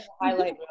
highlight